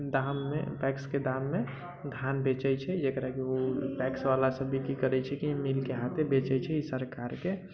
दाम मे पैक्स के दाम मे धान बेचै छै जेकरा की ओ पैक्स वाला सब भी की करै छै की मिल के हाथे बेचै छै सरकार के